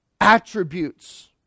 attributes